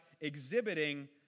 exhibiting